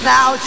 Now